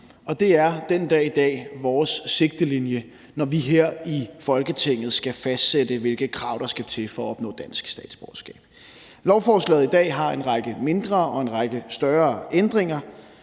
Og det er den dag i dag vores sigtelinje, når vi her i Folketinget skal fastsætte, hvilke krav der skal til for at opnå dansk statsborgerskab. Lovforslaget i dag indeholder en række mindre og en række større ændringer.